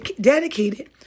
dedicated